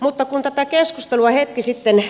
mutta kun tätä keskustelua hetki sitten